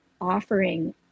offering